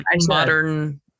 modern